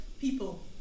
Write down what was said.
people